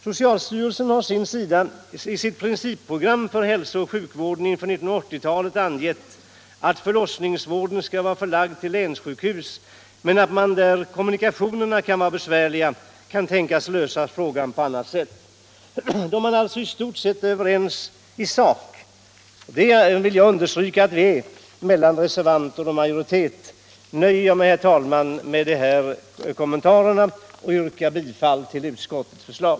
Socialstyrelsen å sin sida har i sitt principprogram för hälsooch sjukvården för 1980-talet angett att förlossningsvården skall vara förlagd till länssjukhus, men att man där kommunikationerna kan vara besvärliga kan tänkas lösa frågan på annat sätt. Då man alltså i stort sett är överens i sak, vilket jag vill understryka att reservanter och majoritet är, nöjer jag mig, herr talman, med dessa kommentarer och yrkar bifall till utskottets förslag.